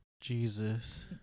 Jesus